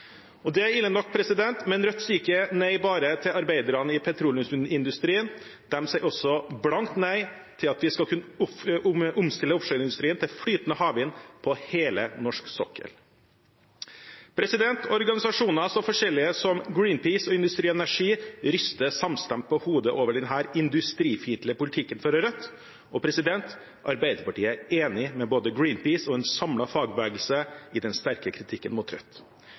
Det er ille nok, men Rødt sier ikke nei bare til arbeiderne i petroleumsindustrien. De sier også blankt nei til at vi skal kunne omstille offshoreindustrien til flytende havvind på hele norsk sokkel. Organisasjoner så forskjellige som Greenpeace og Industri Energi ryster samstemt på hodet over denne industrifiendtlige politikken fra Rødt. Arbeiderpartiet er enig med både Greenpeace og en samlet fagbevegelse i den sterke kritikken mot